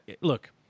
look